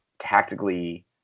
tactically